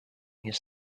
his